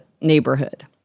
neighborhood